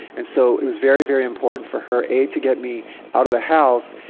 and so it was very, very important for her a to get me out of the house,